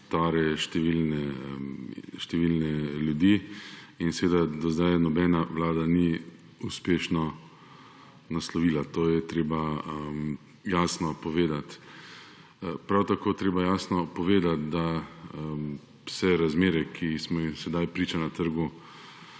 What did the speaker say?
številne ljudi in je do zdaj nobena vlada ni uspešno naslovila. To je treba jasno povedati. Prav tako je treba jasno povedati, da se razmere, ki smo jim sedaj priča na trgu,